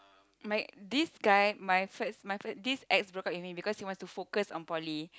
my this guy my first my first this ex broke up with me because he wanted to focus on poly